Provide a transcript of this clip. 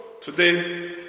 today